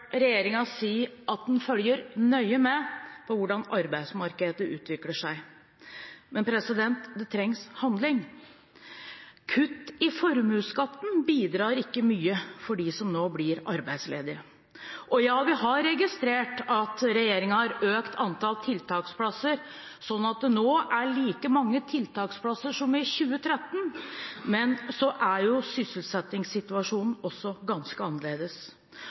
at en følger nøye med på hvordan arbeidsmarkedet utvikler seg. Men det trengs handling. Kutt i formuesskatten bidrar ikke mye for dem som nå blir arbeidsledig. Å ja, vi har registrert at regjeringen har økt antallet tiltaksplasser, sånn at det nå er like mange tiltaksplasser som i 2013, men så er jo sysselsettingssituasjonen også ganske annerledes.